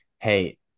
Hey